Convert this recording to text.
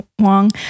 Wong